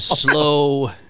slow